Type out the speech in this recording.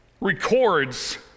records